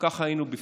ככה היינו בפנים.